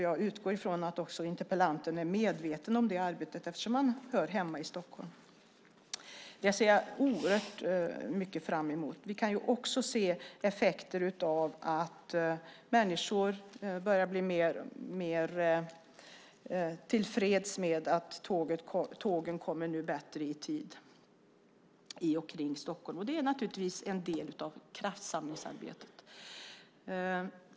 Jag utgår ifrån att interpellanten är medveten om det arbetet eftersom han hör hemma i Stockholm. Jag ser fram emot det. Vi kan också se effekter av att människor börjar bli tillfreds med att tågen nu i större utsträckning kommer i tid i och omkring Stockholm. Det är naturligtvis en del av kraftsamlingsarbetet.